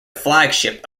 flagship